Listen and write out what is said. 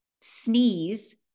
sneeze